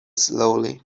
slowly